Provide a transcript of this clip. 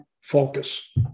focus